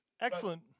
Excellent